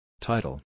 Title